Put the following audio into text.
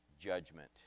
judgment